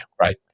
right